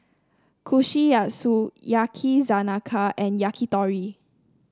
Kushikatsu Yakizakana and Yakitori